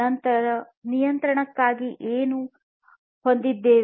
ನಂತರ ನಿಯಂತ್ರಣಕ್ಕಾಗಿ ನಾವು ಏನು ಹೊಂದಿದ್ದೇವೆ